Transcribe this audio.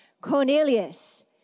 Cornelius